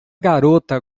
garota